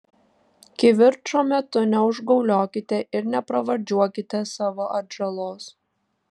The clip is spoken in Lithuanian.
kivirčo metu neužgauliokite ir nepravardžiuokite savo atžalos